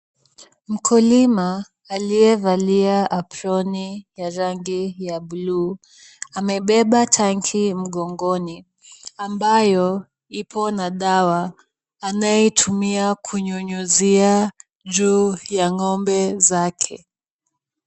Mkulima aliyevalia aproni ya rangi ya blue , amebeba tanki mgongoni ambayo ipo na dawa anayotumia kunyunyuzia juu ya ng'ombe zake.